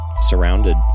surrounded